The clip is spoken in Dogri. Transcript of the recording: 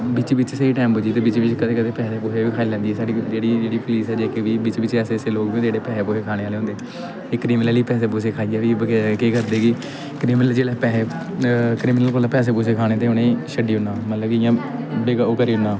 बिच्च बिच्च स्हेई टैम पुजदी ते बिच्च बिच्च कदें कदें पैसे पूसे बी खाई लैंदी ऐ साढ़ी जेह्ड़ी जेह्ड़ी पुलीस ऐ जेह्की जे के पी बिच्च बिच्च ऐसे ऐसे लोग बी होंदे जेह्ड़े पैसे पूसे खाने आह्ले होंदे एह् क्रिमीनल गी पैसे पूसे खाइयै बी केह् करदे कि क्रिमीनल जेल्लै पैसे क्रिमीनल कोला पैसे पूसे खाने ते उ'नें गी छड्डी ओड़ना मतलब कि इ'यां बेक ओह् करी ओड़ना